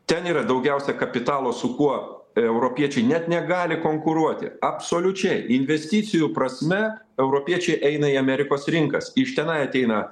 ten yra daugiausia kapitalo su kuo europiečiai net negali konkuruoti absoliučiai investicijų prasme europiečiai eina į amerikos rinkas iš tenai ateina